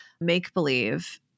make-believe